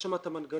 יש שם את המנגנון,